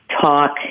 talk